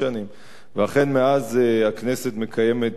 ואכן, מאז הכנסת מקיימת דיונים.